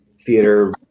theater